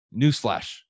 newsflash